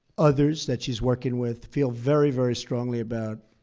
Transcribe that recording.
others that she's working with, feels very, very strongly about